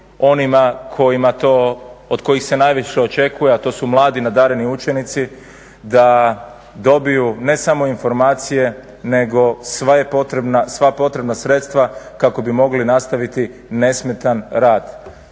onima kojima to, od kojih se najviše očekuje, a to su mladi nadareni učenici da dobiju ne samo informacije, nego sva potrebna sredstva kako bi mogli nastaviti nesmetan rad.